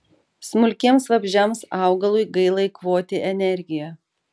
smulkiems vabzdžiams augalui gaila eikvoti energiją